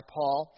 Paul